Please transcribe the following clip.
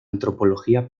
antropología